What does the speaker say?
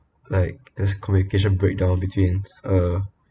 like there's communication breakdown between uh